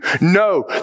no